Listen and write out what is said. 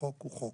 והחוק הוא חוק.